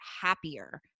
happier